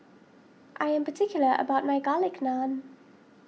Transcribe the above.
I am particular about my Garlic Naan